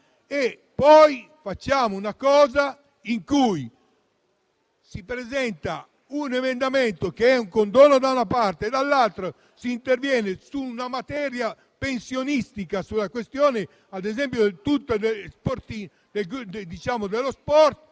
però facciamo una cosa come questa: si presenta un emendamento che è un condono da una parte e, dall'altra, si interviene su una materia pensionistica o sulla questione dello sport